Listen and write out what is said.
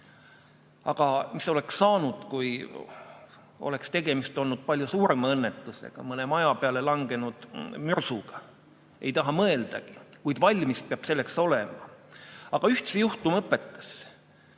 Aga mis oleks saanud, kui oleks tegemist olnud palju suurema õnnetusega? Mõne maja peale langenud mürsuga? Ei taha mõeldagi, kuid valmis peab selleks olema. Aga üht see juhtum õpetas: